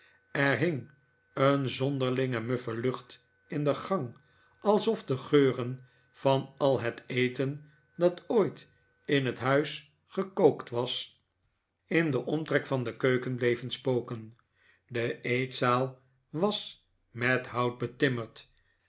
er hing een zonderlinge muffe lucht in de gang alsof de geuren van al het eten dat ooit in het huis gekookt was in den omtrek van de keuken bleven spoken de eetzaal was met hout betimmerd